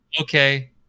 Okay